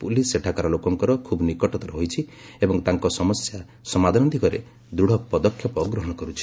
police ସେଠାକାର ଲୋକଙ୍କର ଖୁବ୍ ନିକଟତର ହୋଇଛି ଏବଂ ତାଙ୍କ ସମସ୍ୟା ସମାଧାନ ଦିଗରେ ଦୃଢ଼ ପଦକ୍ଷେପ ଗ୍ରହଣ କରୁଛି